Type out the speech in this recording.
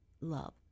love